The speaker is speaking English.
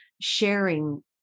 sharing